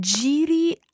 Giri